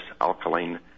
alkaline